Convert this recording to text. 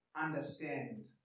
understand